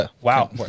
Wow